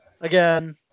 again